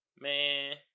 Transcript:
Man